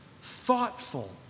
thoughtful